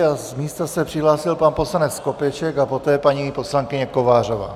Z místa se přihlásil pan poslanec Skopeček a poté paní poslankyně Kovářová.